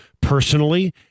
personally